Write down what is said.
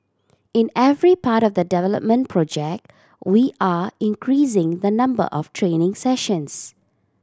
in every part of the development project we are increasing the number of training sessions